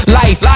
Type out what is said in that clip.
life